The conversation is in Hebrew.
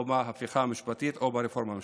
בהפיכה המשפטית או ברפורמה המשפטית.